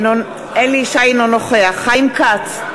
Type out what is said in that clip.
אינו נוכח חיים כץ,